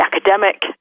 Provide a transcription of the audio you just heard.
academic